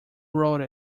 wrote